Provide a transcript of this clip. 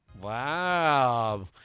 Wow